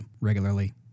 regularly